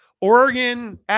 Oregon